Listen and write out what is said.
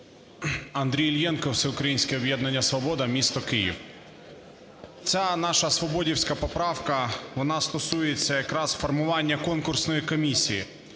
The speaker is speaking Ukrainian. Андрій Іллєнко, "Всеукраїнське об'єднання "Свобода", місто Київ. Ця наша, свободівська, поправка вона стосується якраз формування конкурсної комісії.